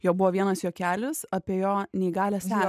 jo buvo vienas juokelis apie jo neįgalią se